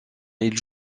ils